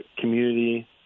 community